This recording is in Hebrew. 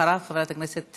אחריו, חבר הכנסת